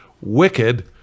wicked